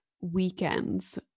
weekends